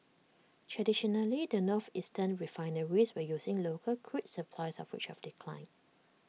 traditionally the northeastern refineries were using local crude supplies of which have declined